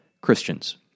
Christians